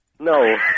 No